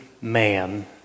man